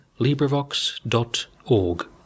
LibriVox.org